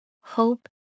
hope